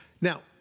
Now